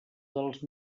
dels